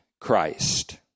Christ